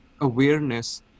awareness